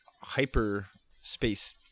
hyperspace